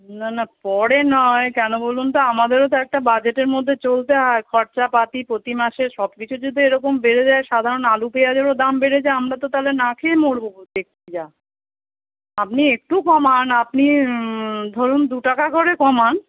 না না পরে নয় কেন বলুন তো আমাদেরও তো একটা বাজেটের মধ্যে চলতে হয় খরচাপাতি প্রতি মাসে সব কিছু যদি এরকম বেড়ে যায় সাধারণ আলু পেঁয়াজেরও দাম বেড়ে যায় আমরা তো তালে না খেয়ে মরবো দেখছি যা আপনি একটু কমান আপনি ধরুন দু টাকা করে কমান